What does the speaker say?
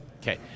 Okay